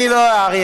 אני לא אאריך,